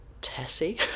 Tessie